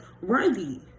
worthy